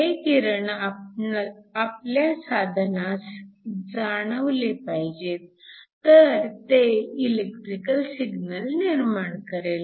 हे किरण आपल्या साधनास जाणवले पाहिजेत तर ते इलेक्ट्रिकल सिग्नल निर्माण करेल